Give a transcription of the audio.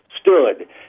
stood